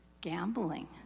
gambling